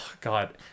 God